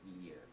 year